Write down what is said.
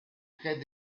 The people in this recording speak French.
très